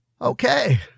Okay